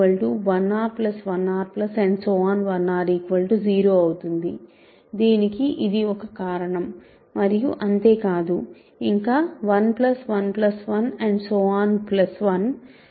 1R 0 అవుతుంది దీనికి ఇది ఒక కారణం మరియు అంతేకాదు ఇంకా 1 1 1